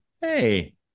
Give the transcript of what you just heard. hey